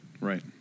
Right